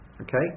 Okay